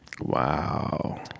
wow